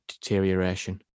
Deterioration